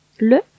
Le